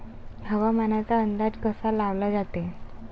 हवामानाचा अंदाज कसा लावला जाते?